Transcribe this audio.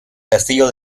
castillo